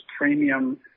premium